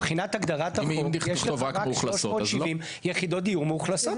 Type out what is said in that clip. מבחינת הגדרת החוק יש לך רק 370 יחידות דיור מאוכלסות.